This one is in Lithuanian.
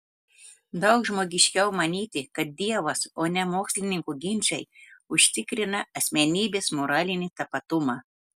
daug žmogiškiau manyti kad dievas o ne mokslininkų ginčai užtikrina asmenybės moralinį tapatumą